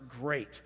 great